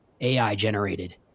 AI-generated